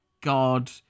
God